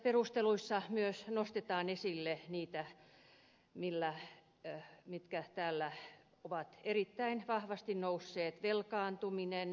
perusteluissa myös nostetaan esille niitä asioita mitkä täällä ovat erittäin vahvasti nousseet esille